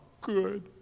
good